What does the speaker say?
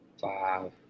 five